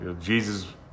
Jesus